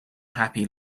happy